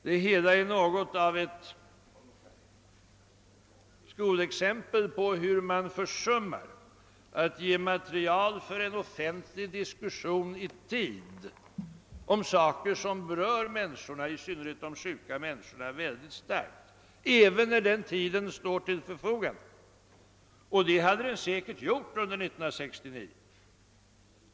Det hela är något av ett skolexempel på hur man försummar att i tid ge material för en offentlig diskussion om saker som berör människorna, i synnerhet de sjuka, i mycket hög grad, även när den tiden står till förfogande. Det hade den säkert gjort under 1969.